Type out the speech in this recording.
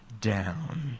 down